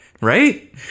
Right